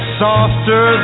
softer